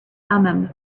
thummim